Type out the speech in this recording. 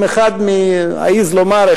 אעז לומר,